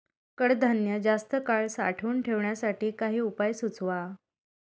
कडधान्य जास्त काळ साठवून ठेवण्यासाठी काही उपाय सुचवा?